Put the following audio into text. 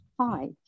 hi